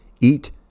eat